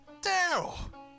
Daryl